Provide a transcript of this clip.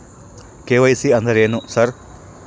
KYC ಅಂದ್ರೇನು sir?